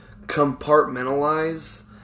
compartmentalize